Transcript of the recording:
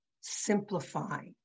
simplify